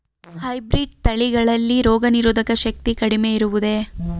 Hybrid ತಳಿಗಳಲ್ಲಿ ರೋಗನಿರೋಧಕ ಶಕ್ತಿ ಕಡಿಮೆ ಇರುವುದೇ?